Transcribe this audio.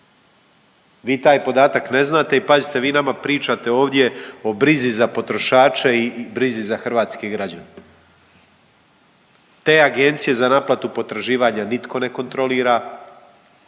Vi taj podatak ne znate i pazite vi nama pričate ovdje o brizi za potrošače i brizi za hrvatske građane. Te agencije za naplatu potraživanja nitko ne kontrolira,